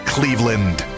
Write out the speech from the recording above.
Cleveland